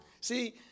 See